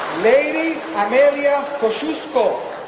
leiry amelia kosciusko,